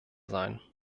sein